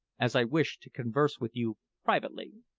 as i wish to converse with you privately.